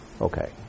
okay